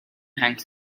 hangs